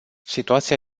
situația